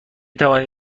توانید